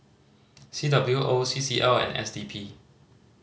C W O C C L and S D P